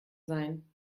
sein